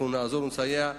אנחנו נעזור ונסייע.